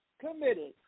committed